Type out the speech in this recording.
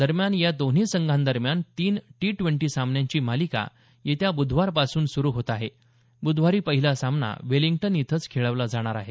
दरम्यान या दोन्ही संघादरम्यान तीन टी द्वेंटी सामन्यांची मालिका येत्या बुधवारपासून सुरू होत आहे ब्धवारी पहिला सामना वेलिंग्टन इथंच खेळवला जाणार आहे